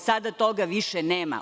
Sada toga više nema.